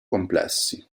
complessi